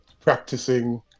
practicing